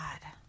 God